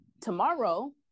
tomorrow